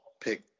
pick